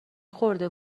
خورده